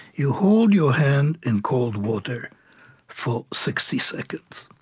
you hold your hand in cold water for sixty seconds.